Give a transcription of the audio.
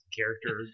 character